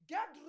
Get